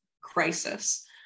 crisis